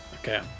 Okay